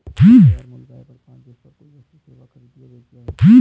बाजार मूल्य वह वर्तमान जिस पर कोई वस्तु सेवा खरीदी या बेची जा सकती है